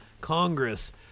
Congress